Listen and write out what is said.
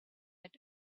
and